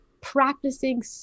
practicing